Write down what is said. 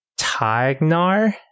Tagnar